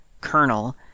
kernel